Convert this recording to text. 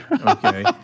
okay